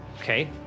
Okay